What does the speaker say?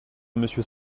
monsieur